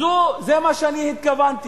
לזה התכוונתי,